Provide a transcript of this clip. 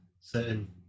certain